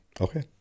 Okay